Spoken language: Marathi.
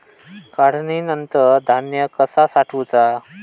काढणीनंतर धान्य कसा साठवुचा?